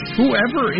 whoever